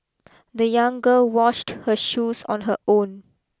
the young girl washed her shoes on her own